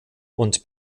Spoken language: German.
und